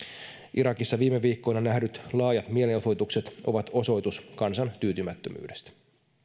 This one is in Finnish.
irakissa viime viikkoina nähdyt laajat mielenosoitukset ovat osoitus kansan tyytymättömyydestä